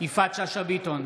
יפעת שאשא ביטון,